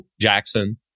Jackson